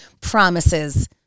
promises